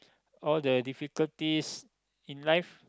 all the difficulties in life